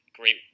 great